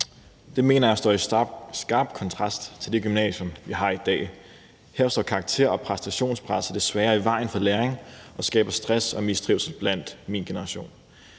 Det mener jeg står i skarp kontrast til det gymnasium, vi har i dag. Her står karakterer og præstationspresset desværre i vejen for læring og skaber stress og mistrivsel i min generation.